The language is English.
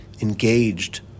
engaged